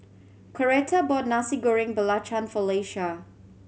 Coretta bought Nasi Goreng Belacan for Leisha